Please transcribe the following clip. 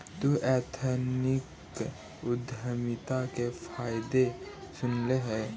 तु एथनिक उद्यमिता के फायदे सुनले हे?